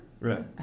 Right